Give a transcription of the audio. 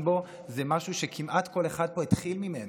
בו זה משהו שכמעט כל אחד פה התחיל ממנו.